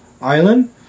island